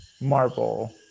marble